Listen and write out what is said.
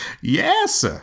Yes